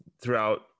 throughout